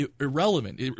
irrelevant